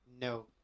No